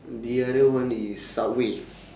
the other one is subway